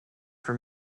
for